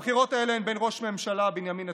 הבחירות האלה הן בין ראש הממשלה בנימין נתניהו,